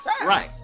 Right